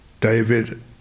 David